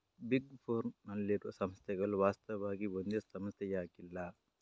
big four ನಲ್ಲಿರುವ ಸಂಸ್ಥೆಗಳು ವಾಸ್ತವವಾಗಿ ಒಂದೇ ಸಂಸ್ಥೆಯಾಗಿಲ್ಲ